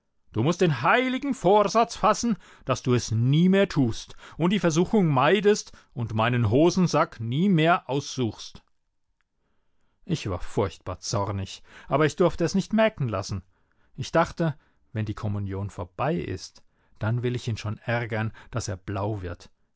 du mußt den heiligen vorsatz fassen daß du es nie mehr tust und die versuchung meidest und meinen hosensack nie mehr aussuchst ich war furchtbar zornig aber ich durfte es nicht merken lassen ich dachte wenn die kommunion vorbei ist dann will ich ihn schon ärgern daß er blau wird